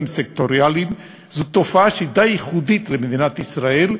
סקטוריאליים היא תופעה די ייחודית למדינת ישראל,